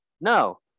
no